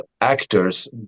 actors